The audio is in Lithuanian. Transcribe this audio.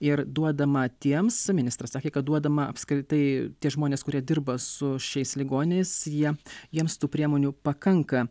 ir duodama tiems ministras sakė kad duodama apskritai tie žmonės kurie dirba su šiais ligoniais jie jiems tų priemonių pakanka